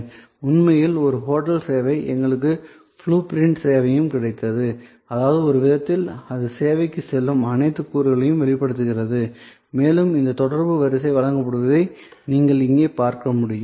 இது உண்மையில் ஒரு ஹோட்டல் சேவை எங்களுக்கு ப்ளூ பிரிண்ட் சேவையும் கிடைத்தது அதாவது ஒரு விதத்தில் அது சேவைக்குச் செல்லும் அனைத்து கூறுகளையும் வெளிப்படுத்துகிறது மேலும் இந்த தொடர்பு வரிசை வழங்கப்படுவதை நீங்கள் இங்கே பார்க்க முடியும்